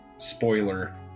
Spoiler